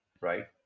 right